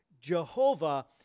Jehovah